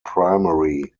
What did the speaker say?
primary